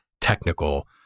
technical